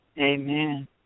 Amen